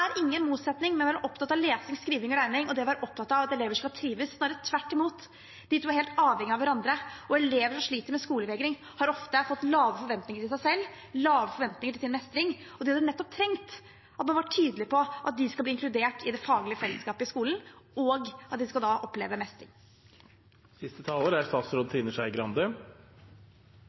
ingen motsetning mellom å være opptatt av lesing, skriving og regning og det å være opptatt av at elever skal trives. Snarere tvert imot; de to er helt avhengig av hverandre. Elever som sliter med skolevegring, har ofte fått lave forventninger til seg selv, lave forventninger til sin mestring, og de hadde nettopp trengt at man var tydelig på at de skal bli inkludert i det faglige fellesskapet i skolen, og at de da skal oppleve